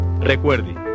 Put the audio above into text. Recuerde